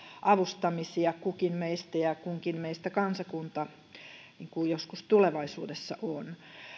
avustamisia kukin meistä ja kunkin meistä kansakunta joskus tulevaisuudessa on